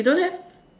you don't have